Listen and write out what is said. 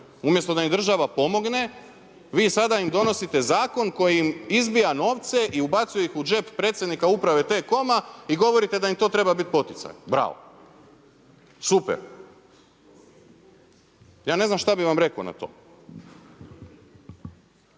Umjesto da im država pomogne, vi sada im donosite zakon koji im izbija novce i ubacuje ih u džep Predsjednika Uprave T-COM-a i govorite da im to treba poticaj. Bravo. Super. Ja ne znam šta bi vam rekao na to.